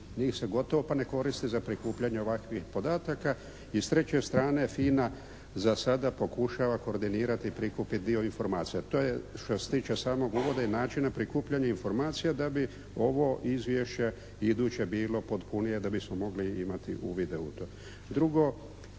Njih se gotovo pa ne koristi za prikupljanje ovakvih podataka i s treće strane FINA za sada pokušava koordinirati i prikupiti dio informacija. To je što se tiče samog uvoda i načina prikupljanja informacija da bi ovo izvješće iduće bilo potpunije, da bilo potpunije da bismo mogli imati uvide u to. Drugo,